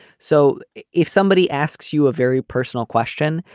so if somebody asks you a very personal question,